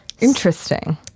Interesting